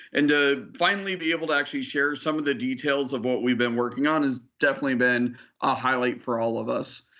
and to finally be able to actually share some of the details of what we've been working on has definitely been a highlight for all of us.